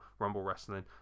rumblewrestling